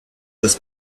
this